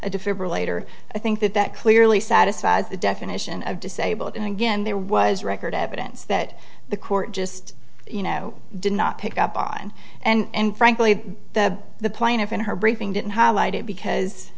her later i think that that clearly satisfies the definition of disabled and again there was record evidence that the court just you know did not pick up on and frankly the the plaintiff in her briefing didn't highlight it because